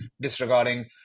disregarding